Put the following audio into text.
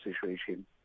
situation